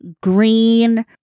green